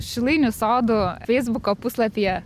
šilainių sodų feisbuko puslapyje